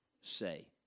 say